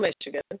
michigan